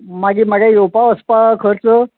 मागीर म्हागे येवपा वसपा खर्च